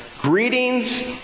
greetings